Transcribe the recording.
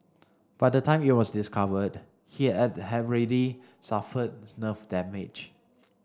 by the time it was discovered he had have ready suffered nerve damage